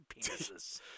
penises